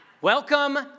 Welcome